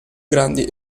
grandi